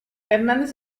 hernández